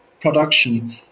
production